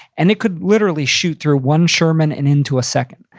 and it could literally shoot through one sherman and into a second.